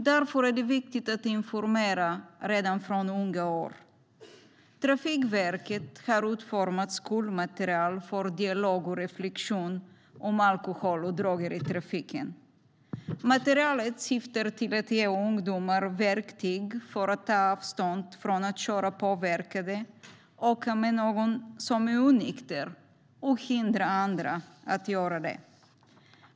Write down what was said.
Därför är det viktigt att informera redan från unga år. Trafikverket har utformat skolmaterial för dialog och reflexion om alkohol och droger i trafiken. Materialet syftar till att ge ungdomar verktyg för att ta avstånd från att köra påverkade, åka med någon som är onykter eller hindra andra från att göra det.